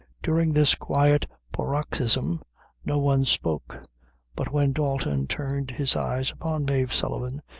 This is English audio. during this quiet paroxysm no one spoke but when dalton turned his eyes upon mave sullivan,